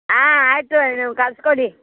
ಆಂ ಆಯಿತು ನೀವು ಕಳ್ಸಿಕೊಡಿ